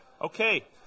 Okay